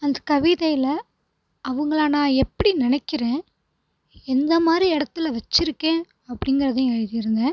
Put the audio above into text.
அந்த கவிதையில் அவங்கள நான் எப்படி நினைக்கிறேன் எந்த மாதிரி இடத்தில் வச்சுருக்கேன் அப்படிங்கிறதையும் எழுதி இருந்தேன்